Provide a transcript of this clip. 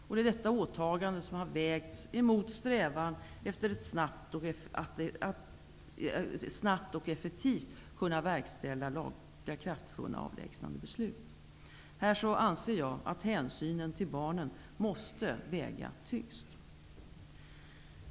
Det är detta åtagande som har vägts mot strävan efter att snabbt och effektivt kunna verkställa lagakraftvunna avlägsnandebeslut. Här anser jag att hänsynen till barnen måste väga tyngst.